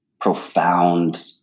profound